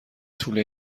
طول